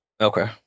Okay